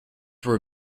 were